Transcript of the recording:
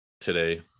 today